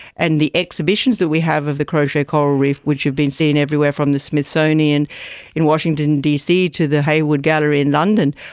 and the exhibitions that we have of the crochet coral reef, which have been seen everywhere from the smithsonian in washington dc to the hayward gallery in london,